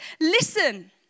Listen